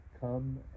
come